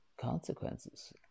consequences